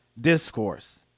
discourse